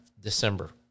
December